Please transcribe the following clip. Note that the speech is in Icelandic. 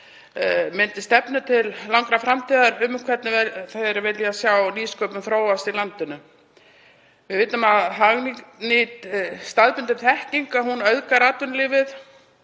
móti stefnu til langrar framtíðar um hvernig þeir vilja sjá nýsköpun þróast í landinu. Við vitum að hagnýt staðbundin þekking auðgar atvinnulífið.